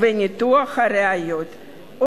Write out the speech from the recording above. וניתוח הראיות,